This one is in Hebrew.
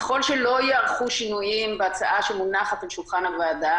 ככול שלא ייערכו שינויים בהצעה שמונחת על שולחן הוועדה,